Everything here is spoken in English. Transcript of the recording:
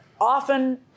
often